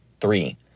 Three